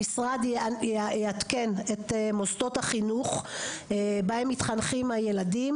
המשרד יעדכן את מוסדות החינוך בהם מתחנכים הילדים,